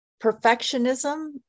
Perfectionism